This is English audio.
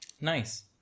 Nice